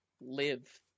live